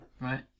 Right